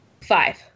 Five